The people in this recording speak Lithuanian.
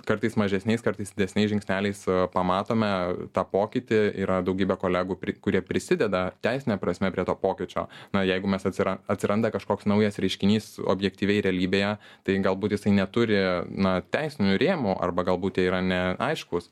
kartais mažesniais kartais didesniais žingsneliais pamatome tą pokytį yra daugybė kolegų kurie prisideda teisine prasme prie to pokyčio na jeigu mes atsiras atsiranda kažkoks naujas reiškinys objektyviai realybėje tai galbūt jisai neturi na teisinių rėmų arba galbūt jie yra ne aiškus